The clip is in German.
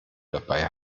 dabei